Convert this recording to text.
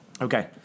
Okay